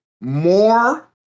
more